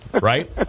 Right